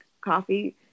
coffee